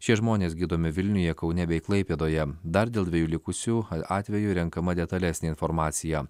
šie žmonės gydomi vilniuje kaune bei klaipėdoje dar dėl dviejų likusių atvejų renkama detalesnė informacija